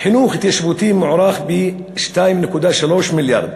חינוך התיישבותי מוערך ב-2.3 מיליארד.